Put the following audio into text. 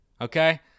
okay